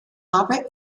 habe